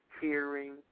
hearing